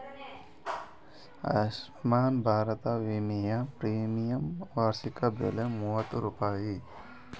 ಆಸ್ಮಾನ್ ಭಾರತ ವಿಮೆಯ ಪ್ರೀಮಿಯಂ ವಾರ್ಷಿಕ ಬೆಲೆ ಮೂವತ್ತು ರೂಪಾಯಿ